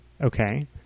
Okay